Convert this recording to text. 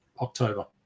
October